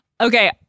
Okay